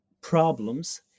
problems